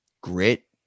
Grit